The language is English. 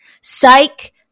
Psych